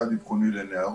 אחד אבחוני לנערות,